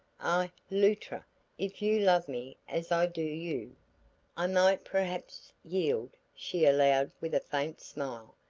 ah, luttra if you love me as i do you i might perhaps yield, she allowed with a faint smile.